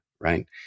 right